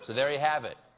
so there you have it.